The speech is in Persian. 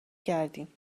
کردیم